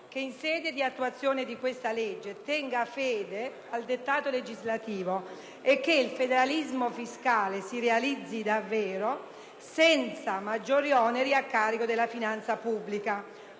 che in sede di attuazione di questa legge si tenga fede al dettato legislativo e che il federalismo fiscale si realizzi davvero senza maggiori oneri a carico della finanza pubblica.